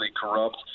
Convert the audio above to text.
corrupt